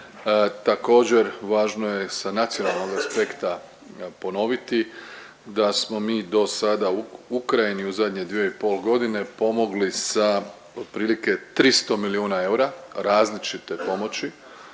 Također važno je sa nacionalnog aspekta ponoviti da smo mi dosada Ukrajini u zadnje 2,5 godine pomogli sa otprilike 300 milijuna eura različite pomoći